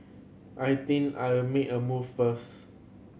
I think I'll make a move first